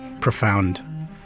profound